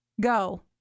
go